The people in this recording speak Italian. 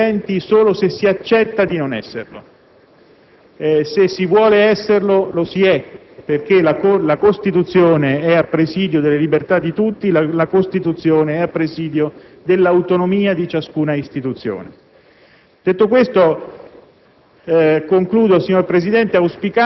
In un Paese come il nostro, non si è autonomi e indipendenti solo se si accetta di non esserlo: se si vuole esserlo, lo si è, perché la Costituzione è a presidio delle libertà di tutti e dell'autonomia di ciascuna istituzione.